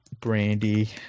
Brandy